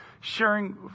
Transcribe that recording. sharing